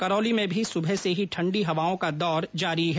करौली में भी सुबह से ही ठण्डी हवाओं का दौर जारी है